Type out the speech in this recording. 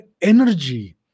energy